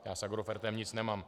Já s Agrofertem nic nemám.